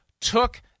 took